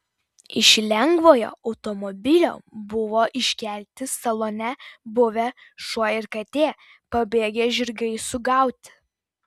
iš lengvojo automobilio buvo iškelti salone buvę šuo ir katė pabėgę žirgai sugauti